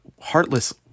heartless